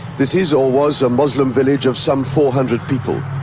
this is, or was, a muslim village of some four hundred people.